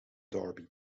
darby